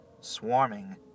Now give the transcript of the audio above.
swarming